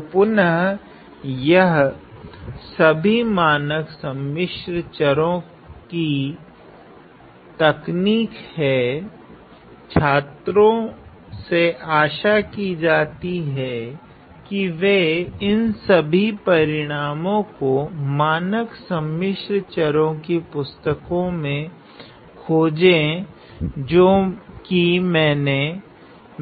तो पुनः यह सभी मानक सम्मिश्र चरो की तकनीक हैंछात्रो से आशा कि जाती है कि वे इन सभी परिणामो को मानक सम्मिश्र चरो की पुस्तकों मे खोजे जो की